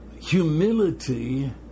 Humility